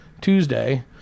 Tuesday